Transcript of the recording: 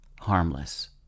harmless